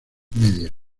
medias